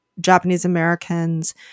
Japanese-Americans